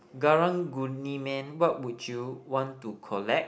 Karang-Guni Man what would you want to collect